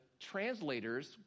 translators